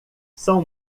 são